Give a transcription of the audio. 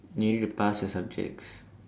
you need to pass your subjects